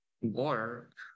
work